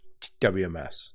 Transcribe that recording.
WMS